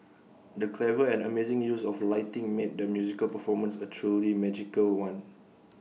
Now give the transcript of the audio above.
the clever and amazing use of lighting made the musical performance A truly magical one